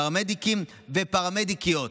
פרמדיקים ופרמדיקיות